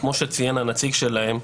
כמו שציין הנציג שלהם,